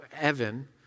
Evan